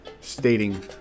stating